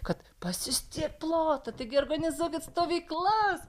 kad pas jus tiek ploto taigi organizuokit stovyklas